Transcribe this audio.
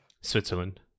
Switzerland